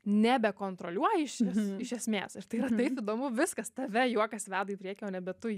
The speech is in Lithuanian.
nebekontroliuoji iš iš esmės tai yra taip įdomu viskas tave juokas veda į priekį o nebe tu jį